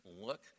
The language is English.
look